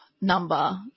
number